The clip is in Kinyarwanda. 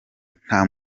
nta